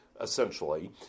essentially